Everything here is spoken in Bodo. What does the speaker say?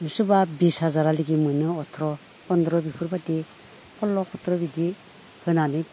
सोरबा बिस हाजारालागै मोनो अथ्र' फन्द्र' बेफोरबायदि हल्ल' हथ्र' बिदि होनानै